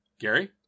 Gary